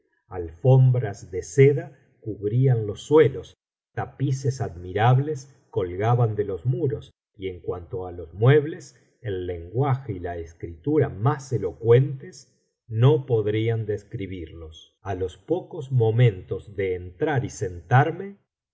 alfombras de seda cubrían ios suelos tapices admirables colgaban de los muros y en cuanto á los muebles el lenguaje y la escritura más elocuentes no podrían describirlos a los pocos momentos de entrar y sentarme